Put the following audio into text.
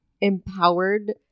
empowered